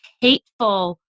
hateful